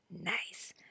nice